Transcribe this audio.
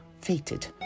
fated